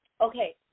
Okay